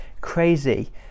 crazy